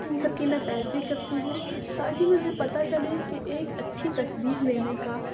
ان سب کی میں پیروی کرتی ہوں تاکہ مجھے پتہ چلے کہ ایک اچھی تصویر لینے کا